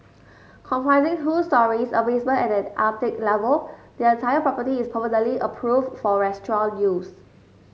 comprising two storeys a basement and an attic level the entire property is permanently approved for restaurant use